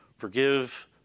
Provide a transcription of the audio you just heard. Forgive